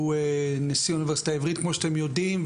שהוא נשיא האונ' העברית כמו שאתם יודעים,